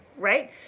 Right